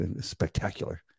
spectacular